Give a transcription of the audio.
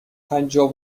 پنجاه